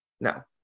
No